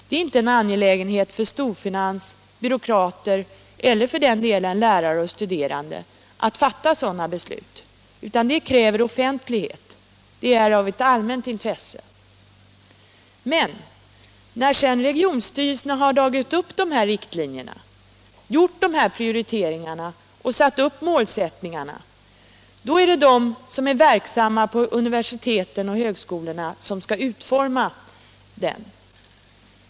Det är inte en angelägenhet för storfinans, byråkrater eller för den delen lärare och studerande att fatta sådana beslut, utan de kräver offentlighet — de är av allmänt intresse. Men när sedan regionstyrelserna har dragit upp dessa riktlinjer, gjort dessa prioriteringar och satt upp målsättningar, då är det de som är verksamma på universitet som skall utforma undervisningen.